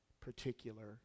particular